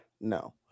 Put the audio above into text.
no